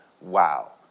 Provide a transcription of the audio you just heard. wow